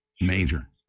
Major